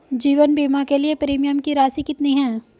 जीवन बीमा के लिए प्रीमियम की राशि कितनी है?